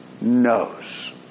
knows